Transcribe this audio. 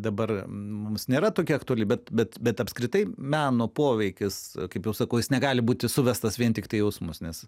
dabar mums nėra tokia aktuali bet bet bet apskritai meno poveikis kaip jau sakau jis negali būti suvestas vien tiktai į jausmus nes